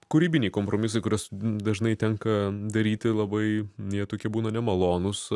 kūrybiniai kompromisai kuriuos dažnai tenka daryti labai jie tokie būna nemalonūs